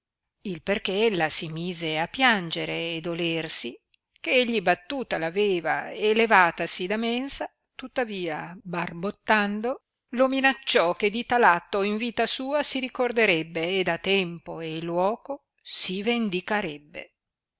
il perchè ella si mise a piangere e dolersi che egli battuta l'aveva e levatasi da mensa tuttavia barbottando lo minacciò che di tal atto in vita sua si ricorderebbe ed a tempo e luoco si vendicarebbe e